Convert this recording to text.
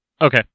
Okay